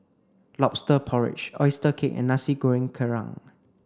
lobster porridge oyster cake and Nasi Goreng Kerang